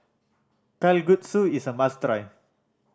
kalguksu is a must try